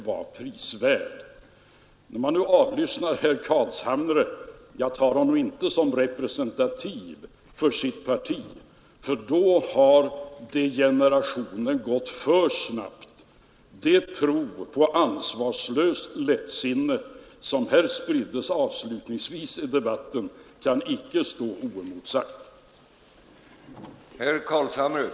Jag vill när vi nu avlyssnat herr Carlshamre — jag uppfattar honom inte som representativ för sitt parti, för då har degenerationen gått för snabbt — konstatera att det prov på ansvarlöst lättsinne som avslutningsvis kommit till uttryck i debatten icke kan stå oemotsagt.